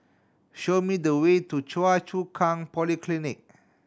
show me the way to Choa Chu Kang Polyclinic